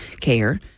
care